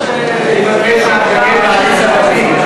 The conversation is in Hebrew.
זאב ועליזה לביא.